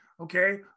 okay